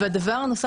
בנוסף,